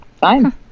Fine